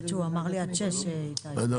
אנחנו